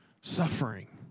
suffering